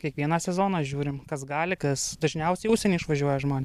kiekvieną sezoną žiūrim kas gali kas dažniausiai į užsienį išvažiuoja žmon